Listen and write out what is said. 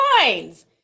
coins